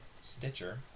Stitcher